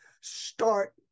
start